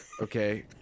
Okay